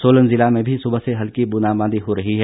सोलन जिला में भी सुबह से हल्की ब्रंदाबांदी हो रही है